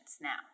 now